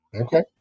Okay